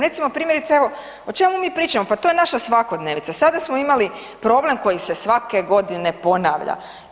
Recimo, primjerice evo o čemu mi pričamo, pa to je naša svakodnevica, sada smo imali problem koji se svake godine ponavlja.